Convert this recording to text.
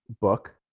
book